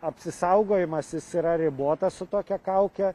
apsisaugojimas jis yra ribotas su tokia kauke